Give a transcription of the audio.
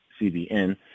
CBN